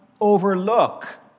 overlook